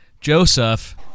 Joseph